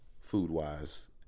food-wise